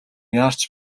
яарч